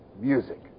music